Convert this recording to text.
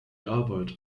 arbeit